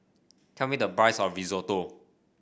tell me the price of Risotto